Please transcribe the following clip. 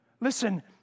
Listen